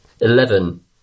Eleven